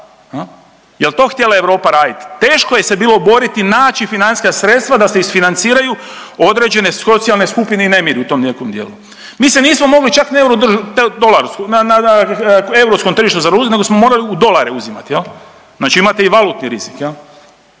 Jel to htjela Europa radit. Teško je se bilo boriti naći financijska sredstva da se isfinanciraju određene socijalne skupine i nemiri u tom nekom dijelu. Mi se nismo mogli čak ni …/Govornik se ne razumije./… dolar na, na Europskom tržištu zadužit nego smo morali dolare uzimat jel. Znači imate i valutni rizik